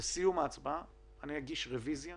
בסיום ההצבעה אני אגיש רוויזיה